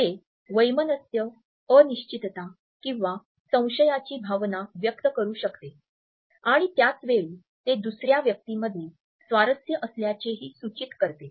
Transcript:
हे वैमनस्य अनिश्चितता किंवा संशयाची भावना व्यक्त करू शकते आणि त्याच वेळी ते दुसर्या व्यक्तीमध्ये स्वारस्य असल्याचे हि सूचित करते